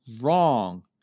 wrong